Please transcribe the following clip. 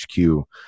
HQ